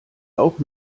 auch